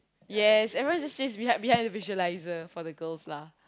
yes everyone just sits behind behind the visualizer for the girls lah